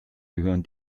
gehören